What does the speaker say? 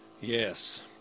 Yes